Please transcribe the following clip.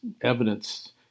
evidence